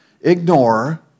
ignore